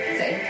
say